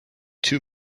two